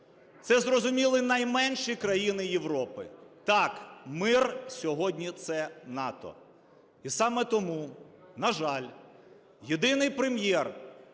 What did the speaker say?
це зрозуміли найменші країни Європи. Так, мир сьогодні – це НАТО. І саме тому, на жаль, єдиний Прем'єр,